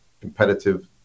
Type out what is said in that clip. competitive